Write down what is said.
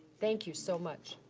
thank you, so much.